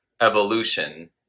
evolution